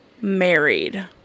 married